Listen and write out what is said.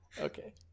okay